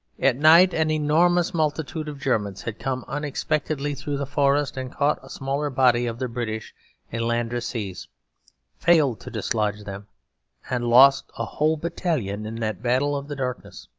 at night an enormous multitude of germans had come unexpectedly through the forest and caught a smaller body of the british in landrecies failed to dislodge them and lost a whole battalion in that battle of the darkness.